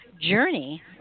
journey